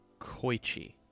Koichi